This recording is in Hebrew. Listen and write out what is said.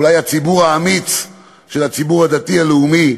אולי הציבור האמיץ של הציבור הדתי-לאומי,